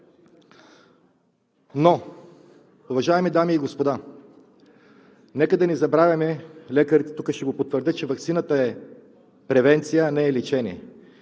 Но, уважаеми дами и господа, нека да не забравяме – лекарите тук ще го потвърдят, че ваксината е превенция, а не е лечение.